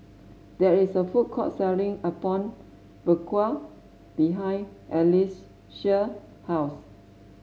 there is a food court selling Apom Berkuah behind Alcie's house